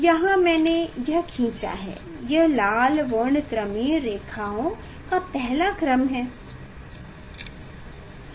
यहाँ मैंने यह खींचा है यह लाल वर्णक्रमीय रेखाओं का पहला क्रम है